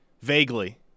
Vaguely